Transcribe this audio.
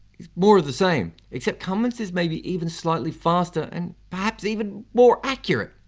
he's more of the same. except cummins is maybe even slightly faster and perhaps even more accurate.